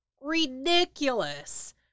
ridiculous